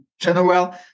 general